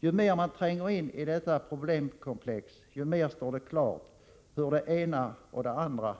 Ju mer man tränger in i detta problemkomplex desto mer står det klart att det finns ett samband mellan det ena och det andra.